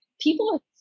People